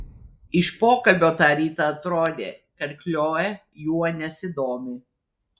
iš pokalbio tą rytą atrodė kad chlojė juo nesidomi